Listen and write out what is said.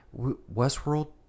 Westworld